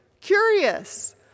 curious